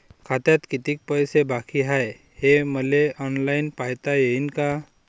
खात्यात कितीक पैसे बाकी हाय हे मले ऑनलाईन पायता येईन का?